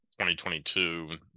2022